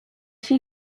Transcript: she